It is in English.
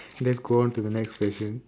let's go on to the next question